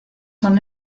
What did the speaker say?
son